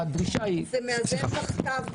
זה מאזן בכתב.